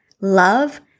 love